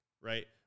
Right